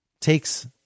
takes